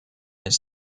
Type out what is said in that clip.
his